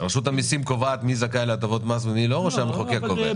רשות המיסים קובעת מי זכאי להטבות מס ומי לא או שהמחוקק קובע?